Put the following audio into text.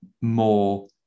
more